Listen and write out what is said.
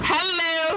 Hello